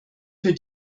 für